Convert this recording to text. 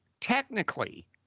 technically